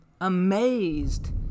amazed